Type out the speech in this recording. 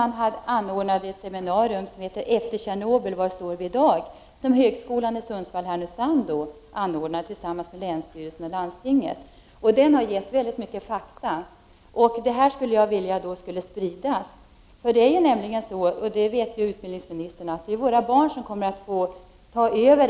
Det var därför högskolan i Sundsvall/Härnösand tillsammans med länsstyrelsen och landstinget anordnade ett seminarium som heter Efter Tjernobyl — var står vi i dag? Det har givit väldigt mycket fakta. Jag önskar att det skulle spridas. Det är nämligen så — det vet utbildningsministern — att det är våra barn som kommer att få ta över